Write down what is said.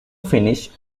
finish